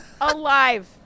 alive